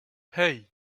hey